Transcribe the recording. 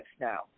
now